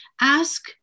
Ask